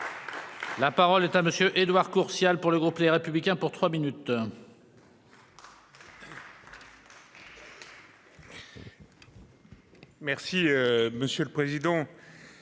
La parole est à monsieur Édouard Courtial pour le groupe Les Républicains pour 3 minutes. Merci monsieur le président.